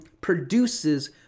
produces